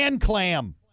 clam